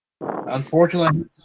Unfortunately